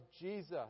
Jesus